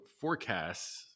forecasts